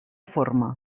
forma